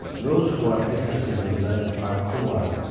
those who are excessively black are cowards.